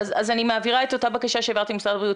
אז אני מעבירה את אותה בקשה שהעברתי למשרד הבריאות,